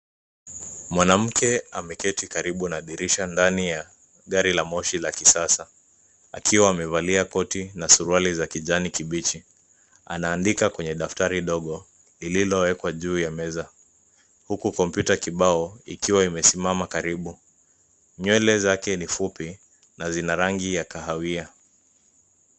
Mwanamke ameketi karibu na dirisha ndani ya gari la moshi la kisasa. Akiwa mevalia koti na suruali za kijani kibichi. Anaandika kwenye daftari dogo lililowekwa juu ya meza. Huku kompyuta kibao ikiwa imesimama karibu. Nywele zake ni fupi na zina rangi ya kahawia.